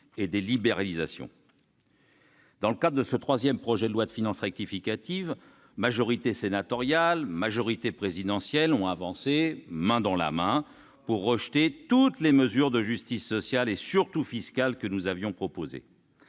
et des libéralisations ? Dans le cadre de ce troisième projet de loi de finances rectificative, majorité sénatoriale et majorité présidentielle ont avancé main dans la main ... Non !... pour rejeter toutes les mesures de justice sociale et, surtout, fiscale que nous avions proposées.